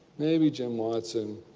maybe jim watson,